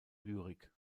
lyrik